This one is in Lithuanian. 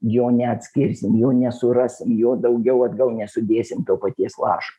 jo neatskirsim jo nesurasim jo daugiau atgal nesudėsim to paties lašo